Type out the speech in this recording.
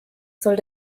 soll